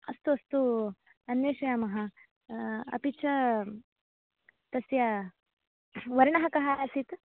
अस्तु अस्तु अन्वेषयामः अपि च तस्य वर्णः कः आसीत्